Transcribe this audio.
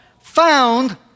found